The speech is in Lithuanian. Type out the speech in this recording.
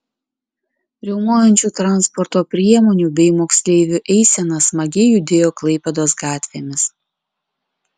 riaumojančių transporto priemonių bei moksleivių eisena smagiai judėjo klaipėdos gatvėmis